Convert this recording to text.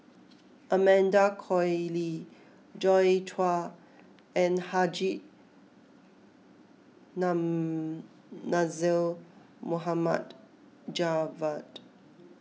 Amanda Koe Lee Joi Chua and Haji Namazie Mohammed Javad